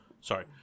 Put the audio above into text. sorry